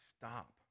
stop